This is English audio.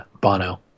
Bono